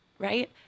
right